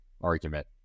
argument